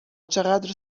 چقدر